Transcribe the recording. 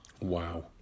Wow